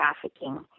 trafficking